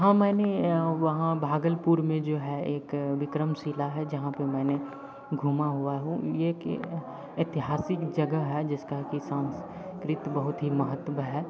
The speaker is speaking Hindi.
हाँ मैंने वहाँ भागलपुर में जो है एक विक्रमशिला है जहाँ पर मैंने घूमा हुआ हूँ यह एक ऐतिहासिक जगह है जिसका कि सांस्कृत बहुत ही महत्व है